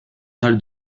tali